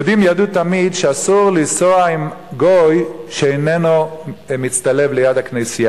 יהודים ידעו תמיד שאסור לנסוע עם גוי שאיננו מצטלב ליד הכנסייה,